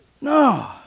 No